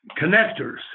connectors